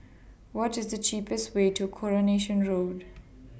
What IS The cheapest Way to Coronation Road